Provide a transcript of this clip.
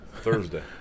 Thursday